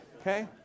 Okay